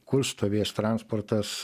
kur stovės transportas